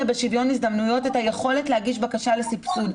בשוויון הזדמנויות את היכולת להגיש בקשה לסבסוד.